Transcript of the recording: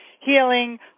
healing